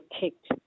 kicked